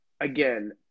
again